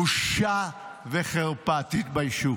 בושה וחרפה, תתביישו.